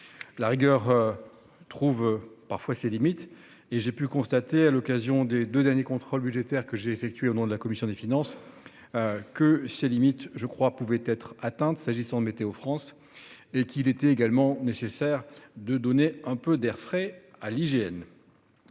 budgétaire trouve parfois ses limites et j'ai pu constater, à l'occasion des deux derniers contrôles budgétaires que j'ai effectués au nom de la commission des finances, que ces limites avaient été atteintes pour Météo-France et qu'il était nécessaire de donner un peu d'air à l'IGN.